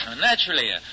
Naturally